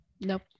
nope